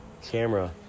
camera